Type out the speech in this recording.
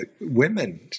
Women